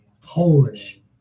Polish